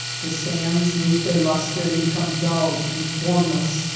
the sands lose their lustre and become dull and formless,